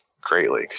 greatly